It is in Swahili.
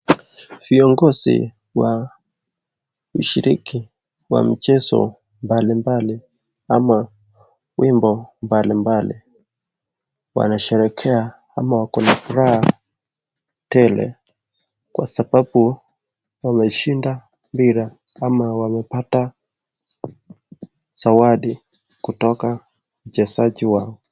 Viongozi na mshiriki wa michezo mbalimbali ama wimbo mbalimbali wanasherehekea ama wako na furaha tele kwa sababu wameshinda mpira ama wamepata zawadi kutoka wachezaji wao.